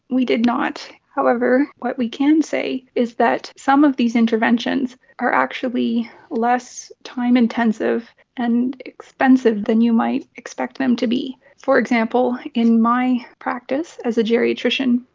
we did not. however, what we can say is that some of these interventions are actually less time intensive and expensive than you might expect them to be. for example, in my practice as a geriatrician,